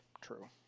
True